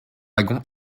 wagon